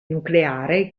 nucleare